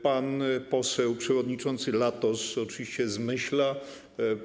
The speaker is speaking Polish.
Pan poseł przewodniczący Latos oczywiście zmyśla.